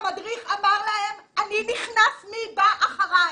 המדריך אמר להם: אני נכנס, מי בא אחרי?